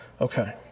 Okay